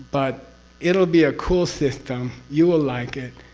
but it'll be a cool system. you will like it.